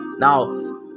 Now